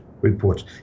reports